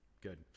Good